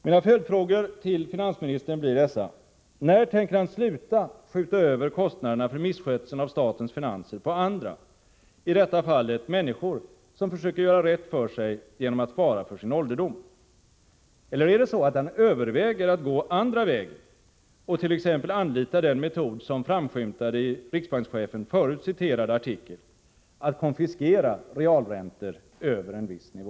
Mina följdfrågor till finansministern blir dessa: När tänker finansministern sluta att skjuta över kostnaderna för misskötseln av statens finanser på andra, i detta fall människor som försöker göra rätt för sig genom att spara för sin ålderdom? Eller överväger finansministern att gå andra vägen och t.ex. anlita den metod som framskymtade i riksbankschefens förut citerade artikel, att konfiskera realräntor över en viss nivå?